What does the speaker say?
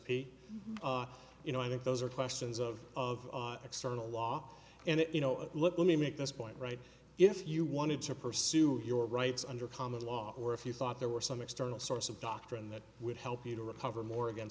p you know i think those are questions of of external law and you know let me make this point right if you want to pursue your rights under common law or if you thought there were some external source of doctrine that would help you to recover more against